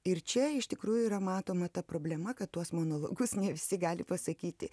ir čia iš tikrųjų yra matoma ta problema kad tuos monologus ne visi gali pasakyti